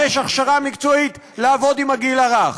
יש הכשרה מקצועית לעבוד עם הגיל הרך?